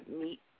meet